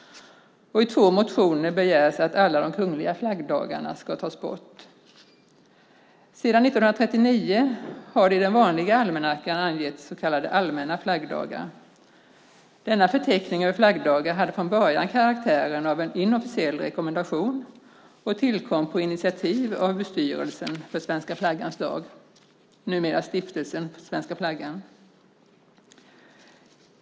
I två motioner begärs att alla de kungliga flaggdagarna ska tas bort. Sedan 1939 har det i den vanliga almanackan angetts så kallade allmänna flaggdagar. Denna förteckning över flaggdagar hade från början karaktären av en inofficiell rekommendation och tillkom på initiativ av Bestyrelsen för svenska flaggans dag, numera Stiftelsen Svenska Flaggan.